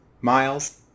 miles